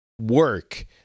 work